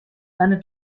eine